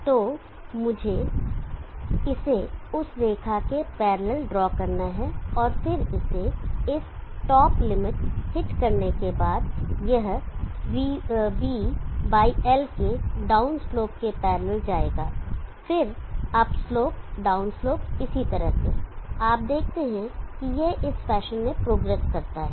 तो मुझे इसे उस रेखा के पैरलल ड्रॉ करना है और फिर इसे इस टॉप लिमिट हिट करने के बाद यह -vB बाई L के डाउन स्लोप के पैरलल जाएगा फिर अप स्लोप डाउन स्लोप इसी तरह से आप देखते हैं कि यह इस फैशन में प्रोग्रेस करता है